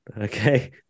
Okay